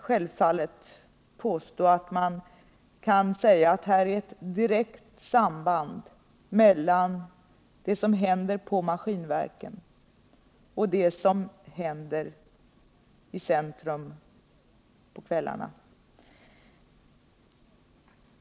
Självfallet vill jag inte påstå att det är ett direkt samband mellan det som händer på Maskinverken och det som händer i centrum på kvällarna.